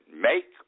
make